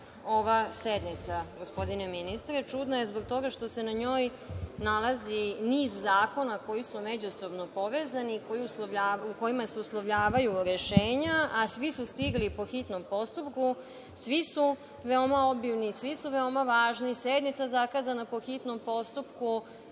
ova sednica gospodine ministre. Čudna je zbog toga što se na njoj nalazi niz zakona koji su međusobno povezani i u kojima se uslovljavaju rešenja, a svi su stigli po hitnom postupku, svi su veoma obimni, svi su veoma važni, sednica zakazana po hitnom postupku